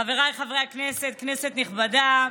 חבריי חברי הכנסת, כנסת נכבדה,